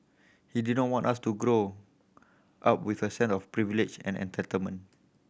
he didn't want us to grow up with a sense of privilege and entitlement